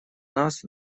нас